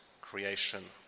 creation